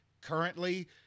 currently